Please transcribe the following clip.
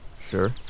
Sure